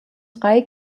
drei